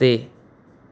ਅਤੇ